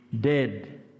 dead